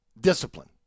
discipline